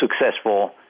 successful